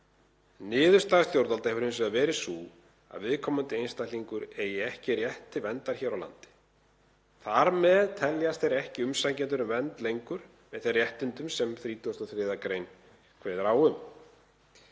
Niðurstaða stjórnvalda hefur hins vegar verið sú að viðkomandi einstaklingur eigi ekki rétt til verndar hér á landi. Þar með teljast þeir ekki umsækjendur um vernd lengur með þeim réttindum sem 33. gr. kveður á um.